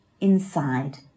inside